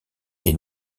est